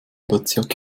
bezirk